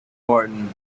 farting